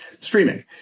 streaming